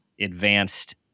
advanced